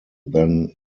than